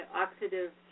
oxidative